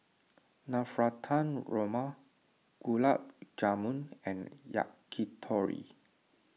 Navratan Korma Gulab Jamun and Yakitori